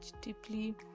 deeply